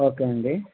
okay అండి